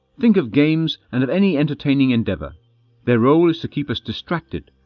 think of games, and of any entertaining endeavor their role is to keep us distracted,